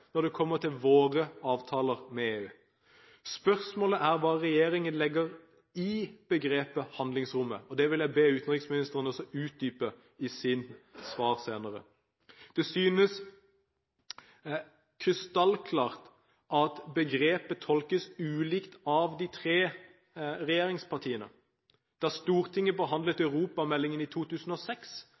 når det kommer til våre avtaler med EU. Spørsmålet er hva regjeringen legger i begrepet «handlingsrom». Det vil jeg be utenriksministeren om å utdype i sitt svar senere. Det synes krystallklart at begrepet tolkes ulikt av de tre regjeringspartiene. Da Stortinget behandlet europameldingen i 2006,